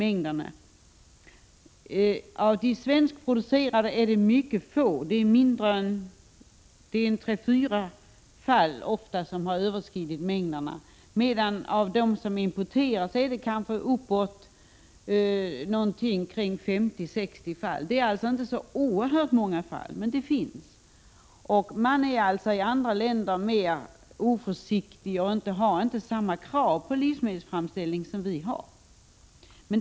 När det gäller de svenskproducerade livsmedlen har detta skett bara i mycket få fall — det rör sig om tre fyra stycken — medan det för de importerade varorna rör sig om 50-60 fall. Det är alltså inte fråga om så oerhört många fall, men de förekommer. I andra länder är man således mer oförsiktig och har inte samma krav på livsmedelsframställningen som vi.